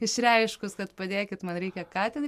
išreiškus kad padėkit man reikia ką ten